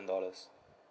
dollars